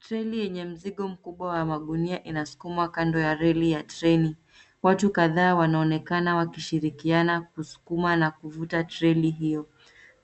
Treli yenye mzigo mkubwa wa magunia inasukumwa kando ya reli ya treni. Watu kadhaa wanaonekana wakishirikiana kusukuma na kuvuta treli hiyo.